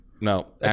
No